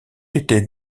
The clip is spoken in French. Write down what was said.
était